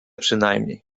przynajmniej